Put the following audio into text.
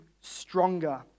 stronger